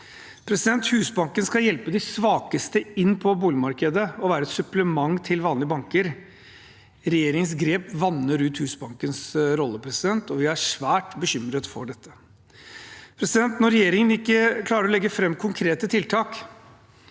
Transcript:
Husbanken skal hjelpe de svakeste inn på boligmarkedet og være et supplement til vanlige banker. Regjeringens grep vanner ut Husbankens rolle, og vi er svært bekymret for dette. Når regjeringen ikke klarer å legge fram konkrete tiltak